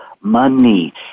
money